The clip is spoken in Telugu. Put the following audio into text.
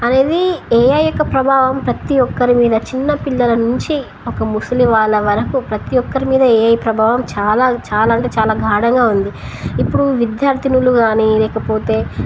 అనేది ఏఐ యొక్క ప్రభావం ప్రతి ఒక్కరి మీద చిన్న పిల్లల నుంచి ఒక ముసలి వాళ్ళ వరకు ప్రతి ఒక్కరి మీద ఏఐ ప్రభావం చాలా చాలా అంటే చాలా ఘాఢంగా ఉంది ఇప్పుడు విద్యార్థులు కానీ లేకపోతే